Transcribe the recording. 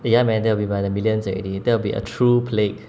ya man that will be by the million already that will be a true plague